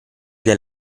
del